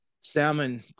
salmon